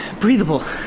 breathable,